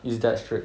it's that strict